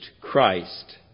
Christ